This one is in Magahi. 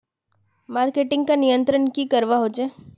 मार्केटिंग का नियंत्रण की करवा होचे?